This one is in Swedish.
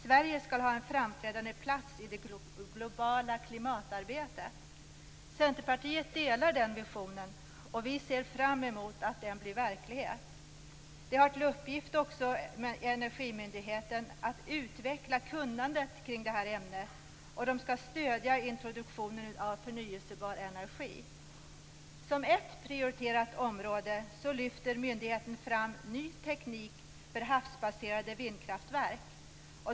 Sverige skall ha en framträdande plats i det globala klimatarbetet. Centerpartiet delar den visionen. Vi ser fram emot att den blir verklighet. Energimyndigheten har också till uppgift att utveckla kunnandet kring det här ämnet. Den skall stödja introduktionen av förnybar energi. Som ett prioriterat område lyfter myndigheten fram ny teknik för havsbaserade vindkraftverk.